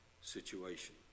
situation